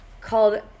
called